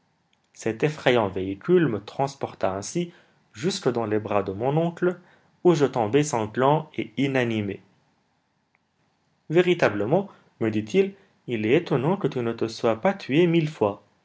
cet effrayant véhicule me transporta ainsi jusque dans les bras de mon oncle où je tombai sanglant et inanimé véritablement me dit-il il est étonnant que tu ne te sois pas tué mille fois